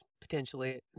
potentially